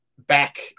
back